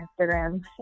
Instagram